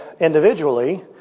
individually